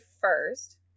first